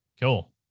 Cool